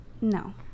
No